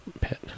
pet